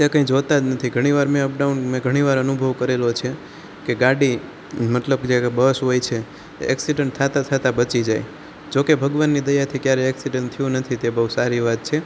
એ કંઈ જોતાજ નથી ઘણીવાર મેં અપડાઉન મેં ઘણી વાર અનુભવ કરેલો છે કે ગાડી મતલબ કે જે બસ હોય છે એક્સિડટ થાતા થાતા બચી જાય જોકે ભગવાનની દયાથી ક્યારે એક્સિડટ થયો નથી તે બહુ સારી વાત છે